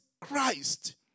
Christ